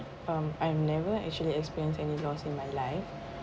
um I'm never actually experience any loss in my life